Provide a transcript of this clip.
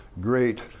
great